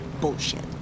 bullshit